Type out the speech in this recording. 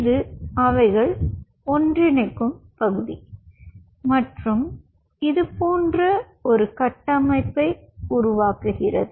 இது அவைகள் ஒன்றிணைக்கும் பகுதி மற்றும் இது போன்ற ஒரு கட்டமைப்பை உருவாக்குகிறது